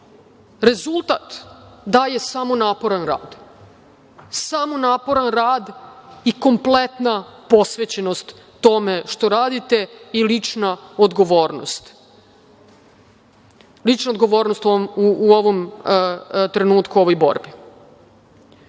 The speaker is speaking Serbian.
Rezultat daje samo naporan rad, samo naporan rad i kompletna posvećenost tome što radite i lična odgovornost, lična odgovornost